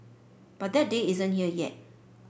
but that day isn't here yet